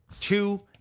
Two